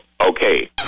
Okay